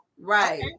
Right